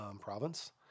province